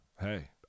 Hey